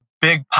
big